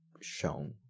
shown